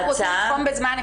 אם רוצים לתחום בזמן,